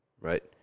right